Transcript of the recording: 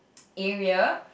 area